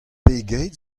pegeit